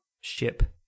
ship